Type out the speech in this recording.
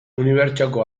unibertsoko